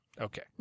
Okay